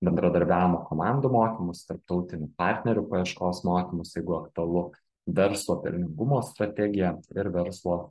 bendradarbiavimo komandų mokymus tarptautinių partnerių paieškos mokymus jeigu aktualu verslo pelningumo strategiją ir verslo